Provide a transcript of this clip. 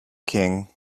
king